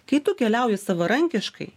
kai tu keliauji savarankiškai